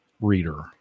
reader